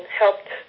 helped